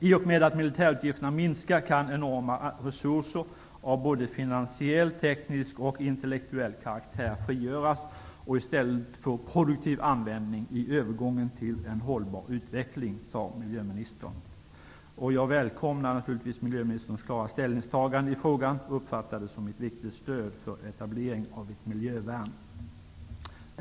I och med att militärutgifterna minskar kan enorma resurser, av både finansiell, teknisk och intellektuell karaktär frigöras och i stället få produktiv användning i övergången till en hållbar utveckling, sade miljöministern. Jag välkomnar miljöministerns klara ställningstagande i frågan och uppfattar det som ett viktigt stöd för etablering av ett miljövärn.